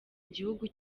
igihugu